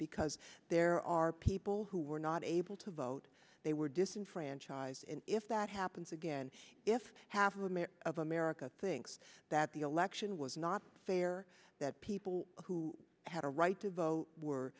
because there are people who were not able to vote they were disenfranchised if that happens again if half of america of america thinks that the election was not fair that people who had a right to vote were